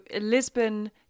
Lisbon